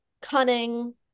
cunning